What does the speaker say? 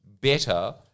Better